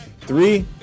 Three